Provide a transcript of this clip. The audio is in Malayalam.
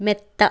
മെത്ത